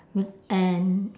with an